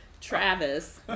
Travis